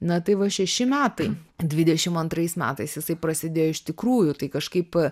na tai va šeši metai dvidešimt antrais metais jisai prasidėjo iš tikrųjų tai kažkaip